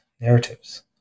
narratives